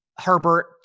Herbert